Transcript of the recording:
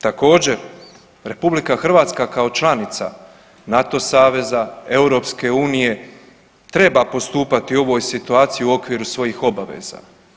Također, RH kao članica NATO saveza, EU treba postupati u ovoj situaciji u okviru svojih obveza.